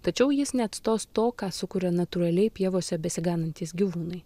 tačiau jis neatstos to ką sukuria natūraliai pievose besiganantys gyvūnai